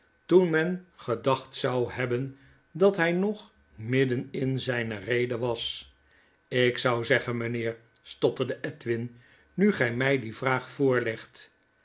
toen men gedacht zou hebben dat hy nog midden in zyne rede was jk zou zeggen mynheer stotterde edwin nu gy my die vraag vtforlegt